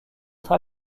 être